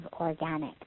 organic